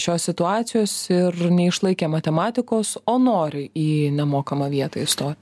šios situacijos ir neišlaikė matematikos o nori į nemokamą vietą įstoti